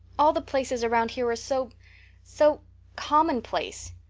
all the places around here are so so commonplace.